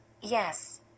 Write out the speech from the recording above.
yes